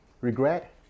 regret